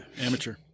Amateur